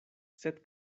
sed